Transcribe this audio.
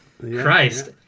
Christ